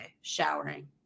showering